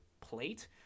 plate